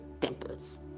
temples